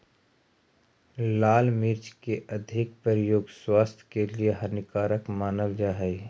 लाल मिर्च के अधिक प्रयोग स्वास्थ्य के लिए हानिकारक मानल जा हइ